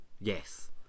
Yes